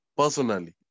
personally